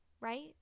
right